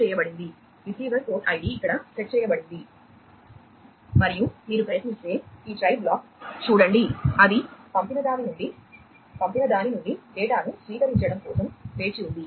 ఇది receiver side program చూడండి అది పంపినదాని నుండి పంపిన దాని నుండి డేటాను స్వీకరించడం కోసం వేచి ఉంది